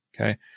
Okay